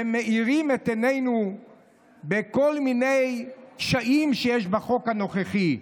ומאירים את עינינו בכל מיני קשיים שיש בחוק הנוכחי.